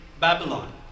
Babylon